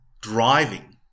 driving